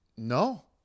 No